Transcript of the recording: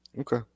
Okay